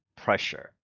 pressure